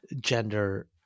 gender